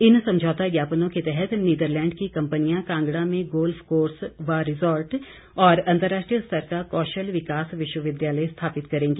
इन समझौता ज्ञापनों के तहत नीदरलैंड की कंपनियां कांगड़ा में गोल्फ कोर्स व रिजॉर्ट और अंतर्राष्ट्रीय स्तर का कौशल विकास विश्वविद्यालय स्थापित करेंगी